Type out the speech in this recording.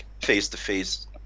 face-to-face